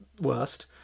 worst